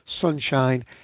sunshine